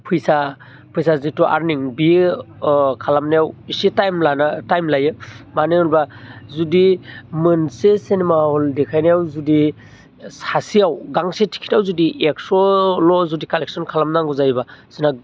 फैसा फैसा जिथु आर्निं बियो ओ खालामनायाव एसे टाइम लानो टाइम लायो मानो होनोब्ला जुदि मोनसे सिनेमा हल देखायनायाव जुदि सासेयाव गांसे टिकेटआव जुदि एकस'ल' जुदि कालेकसन खालामनांगौ जायोब्ला जोंना